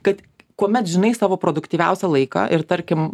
kad kuomet žinai savo produktyviausią laiką ir tarkim